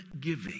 giving